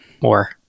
more